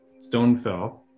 Stonefell